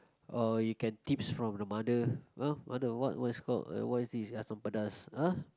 or you can tips from the mother ah mother what is it called what is this asam-pedas ah